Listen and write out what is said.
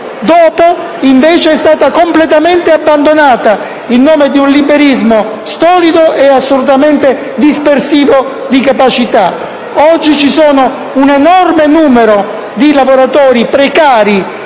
successivamente, è stata completamente abbandonata in nome di un liberismo storico e assolutamente dispersivo di capacità. Oggi c'è un numero enorme di lavoratori precari